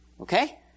Okay